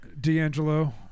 D'Angelo